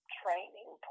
training